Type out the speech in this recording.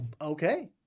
Okay